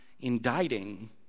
indicting